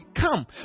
Come